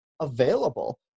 available